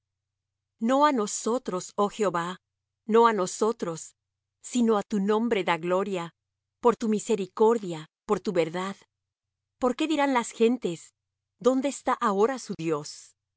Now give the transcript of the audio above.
no á nosotros oh jehová no á nosotros sino á tu nombre da gloria por tu misericordia por tu verdad por qué dirán las gentes dónde está ahora su dios